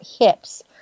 hips